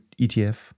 ETF